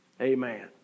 Amen